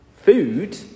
Food